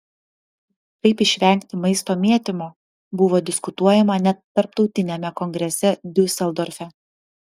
kaip išvengti maisto mėtymo buvo diskutuojama net tarptautiniame kongrese diuseldorfe